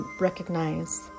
recognize